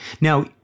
now